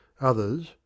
others